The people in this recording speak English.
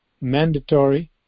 mandatory